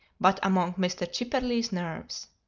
but among mr. chipperley's nerves.